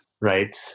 right